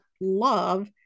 love